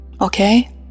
Okay